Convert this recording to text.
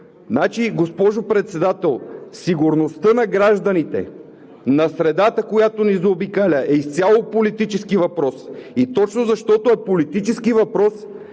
Госпожо Председател, сигурността на гражданите, на средата, която ни заобикаля, е изцяло политически въпрос. И точно защото е политически въпрос,